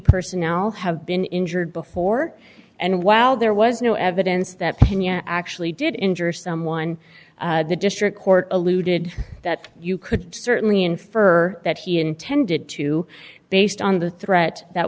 personnel have been injured before and while there was no evidence that pena actually did injure someone the district court eluded that you could certainly infer that he intended to based on the threat that